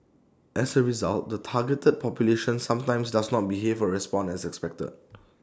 as A result the targeted population sometimes does not behave or respond as expected